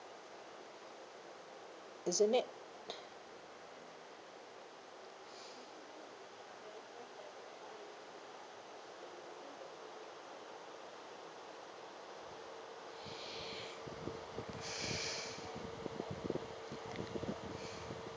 isn't it